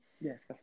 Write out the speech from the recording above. Yes